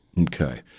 Okay